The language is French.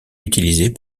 utilisée